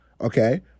Okay